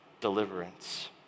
deliverance